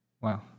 Wow